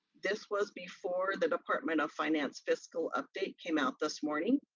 this was before the department of finance fiscal update came out this morning.